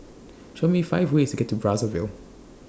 Show Me five ways to get to Brazzaville